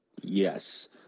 Yes